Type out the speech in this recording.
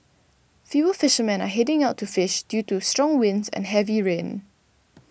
fewer fishermen are heading out to fish due to strong winds and heavy rain